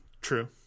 True